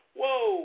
Whoa